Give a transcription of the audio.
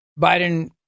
Biden